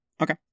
Okay